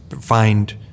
find